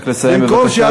רק לסיים בבקשה.